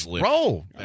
roll